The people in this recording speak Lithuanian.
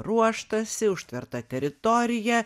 ruoštasi užtverta teritorija